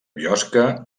biosca